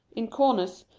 in corners,